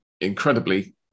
incredibly